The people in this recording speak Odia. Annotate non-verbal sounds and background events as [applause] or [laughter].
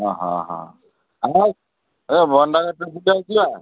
ହଁ ହଁ ହଁ ଏ [unintelligible]